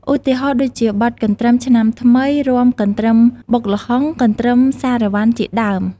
បទទាំងនេះតែងតែត្រូវបានចាក់លេងនៅតាមពិធីមង្គលការ ពិធីបុណ្យនានា និងពិសេសគឺបុណ្យចូលឆ្នាំខ្មែរតែម្តង។